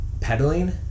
pedaling